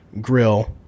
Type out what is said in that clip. grill